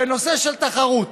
בנושא של תחרות.